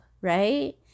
Right